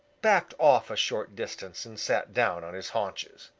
backed off a short distance and sat down on his haunches.